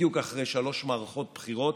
בדיוק אחרי שלוש מערכות בחירות,